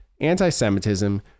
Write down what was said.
anti-semitism